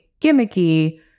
gimmicky